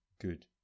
good